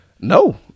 No